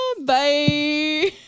Bye